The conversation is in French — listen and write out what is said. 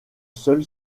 seul